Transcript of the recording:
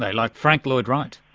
like frank lloyd wright.